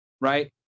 right